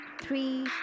three